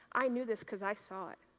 i knew this, because i saw it.